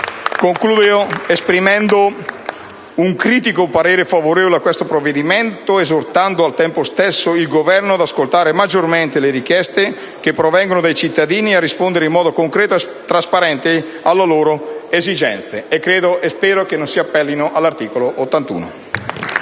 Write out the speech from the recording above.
orientamento di voto favorevole a questo provvedimento, esortando al tempo stesso il Governo ad ascoltare maggiormente le richieste che provengono dai cittadini e a rispondere in modo concreto e trasparente alle loro esigenze. E spero non si appellino all'articolo 81!